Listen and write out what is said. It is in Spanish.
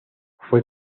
fue